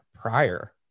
prior